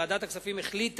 ועדת הכספים החליטה